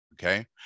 Okay